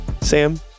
Sam